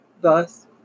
Thus